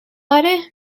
آره